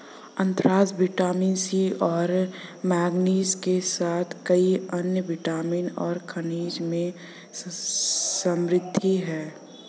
अनन्नास vitamin C और manganese के साथ कई अन्य विटामिन और खनिजों में समृद्ध हैं